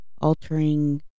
altering